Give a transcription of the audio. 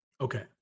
Okay